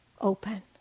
open